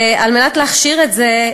וכדי להכשיר את זה,